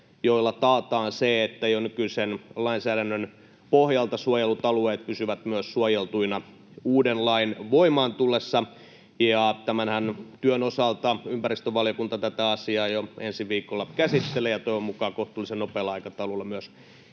joilla taataan se, että jo nykyisen lainsäädännön pohjalta suojellut alueet pysyvät suojeltuina myös uuden lain voimaan tullessa. Tämän työn osaltahan ympäristövaliokunta tätä asiaa jo ensi viikolla käsittelee, ja toivon mukaan kohtuullisen nopealla aikataululla myös